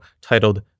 titled